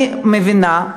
אני מבינה,